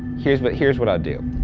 here's what, here's what i'll do.